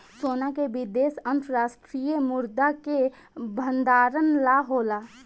सोना के निवेश अंतर्राष्ट्रीय मुद्रा के भंडारण ला होला